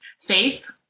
faith